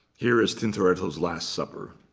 here is tintoretto's last supper.